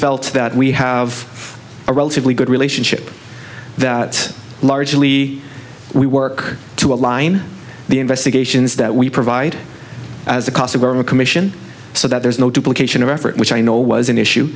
felt that we have a relatively good relationship that largely we work to align the investigations that we provide as the cost of a commission so that there is no duplicate effort which i know was an issue